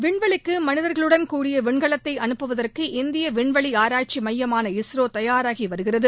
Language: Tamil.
விண்வெளிக்கு மனிதர்களுடன் கூடிய விண்கலத்தை அனுப்புவதற்கு இந்திய விண்வெளி ஆராய்ச்சி மையமான இஸ்ரோ தயாராகி வருகிறது